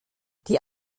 die